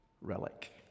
relic